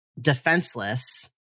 defenseless